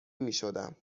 میشدم